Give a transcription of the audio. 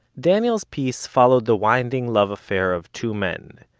daniel's piece followed the winding love affair of two men.